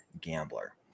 Gambler